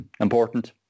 important